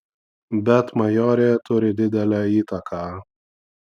bet majorė turi didelę įtaką